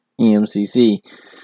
EMCC